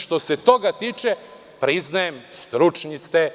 Što se toga tiče, priznajem stručni ste.